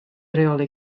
reoli